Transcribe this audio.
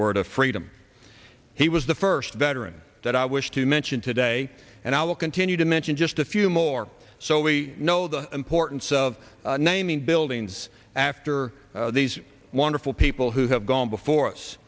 word of freedom he was the first veteran that i wish to mention today and i will continue to mention just a few more so we know the importance of naming buildings after these wonderful people who have gone before us